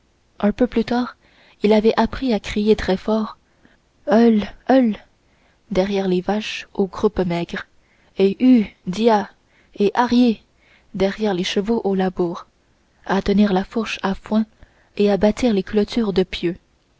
un peu plus tard il avait appris à crier très fort heulle heulle derrière les vaches aux croupes maigres et hue dia et harrié derrière les chevaux au labour à tenir la fourche à foin et à bâtir les clôtures de pieux